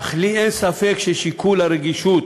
אך לי אין ספק ששיקולי הרגישות